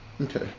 Okay